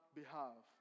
behalf